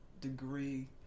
degree